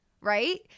right